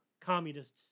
communists